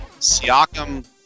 Siakam